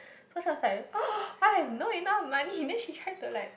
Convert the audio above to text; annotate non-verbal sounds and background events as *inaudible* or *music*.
so she was like *breath* I have not enough money then she tried to like